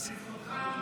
לזכותך,